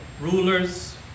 rulers